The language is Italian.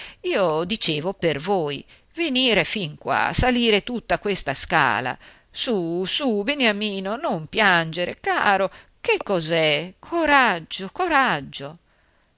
io dicevo per voi venire fin qua salire tutta questa scala su su beniamino non piangere caro che cos'è coraggio coraggio